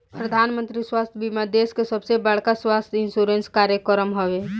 प्रधानमंत्री स्वास्थ्य बीमा देश के सबसे बड़का स्वास्थ्य इंश्योरेंस कार्यक्रम हवे